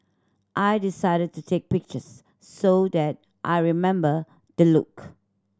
I decided to take pictures so that I remember the look